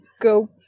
go